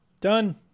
Done